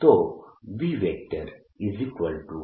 તો B0I2πs છે